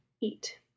eat